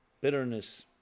bitterness